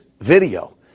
video